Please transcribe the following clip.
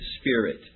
Spirit